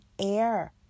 air